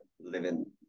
living